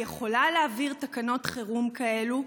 היא יכולה להעביר תקנות חירום כאלו.